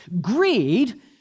greed